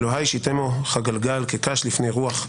אלוהיי, שיתמו כגלגל, כקש, לפני-רוח.